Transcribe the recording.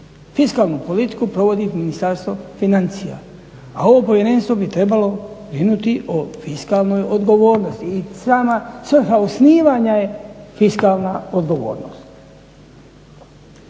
fiskalnu politiku provodi Ministarstvo financija. A ovo povjerenstvo bi trebalo brinuti o fiskalnoj odgovornosti i sama svrha osnivanja je fiskalna odgovornost.